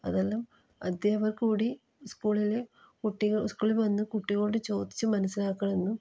അതെല്ലാം അദ്ധ്യാപകർ കൂടി സ്കൂളിലെ കുട്ടികളോ സ്കൂളിൽ വന്ന് കുട്ടികളോട് ചോദിച്ച് മനസ്സിലാക്കണം എന്നും